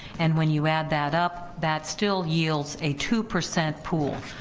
and when you add that up that still yields a two percent pool.